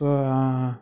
so